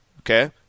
okay